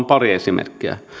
pari esimerkkiä